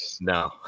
No